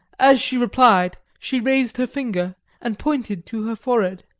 as she replied, she raised her finger and pointed to her forehead